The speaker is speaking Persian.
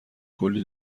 کلی